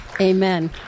Amen